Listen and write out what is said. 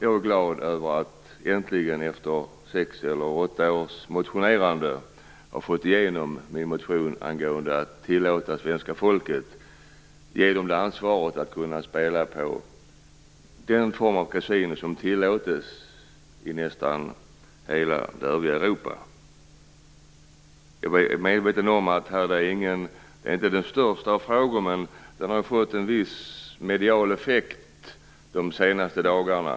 Jag är glad över att äntligen, efter sex eller åtta års motionerande, ha fått igenom min motion angående att tillåta svenska folket att spela på den form av kasino som tillåts i nästan hela det övriga Europa. Jag är medveten om att det inte är den största av frågor, men den har fått en viss medial effekt de senaste dagarna.